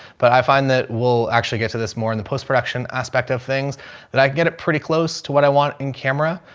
but i find that we'll actually get to this more in the postproduction aspect of things that i can get it pretty close to what i want in camera.